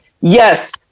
yes